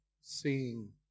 seeing